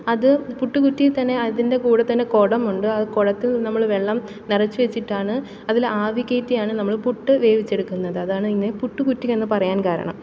അത് പുട്ടുകുറ്റിയിൽത്തന്നെ അതിൻ്റെ കൂടെത്തന്നെ കുടം ഉണ്ട് ആ കുടത്തിൽ നമ്മള് വെള്ളം നിറച്ചുവച്ചിട്ടാണ് അതിൽ ആവി കയറ്റിയാണ് നമ്മള് പുട്ട് വേവിച്ചെടുക്കുന്നത് അതാണ് അതിനെ പുട്ടുകുറ്റി എന്നു പറയാൻ കാരണം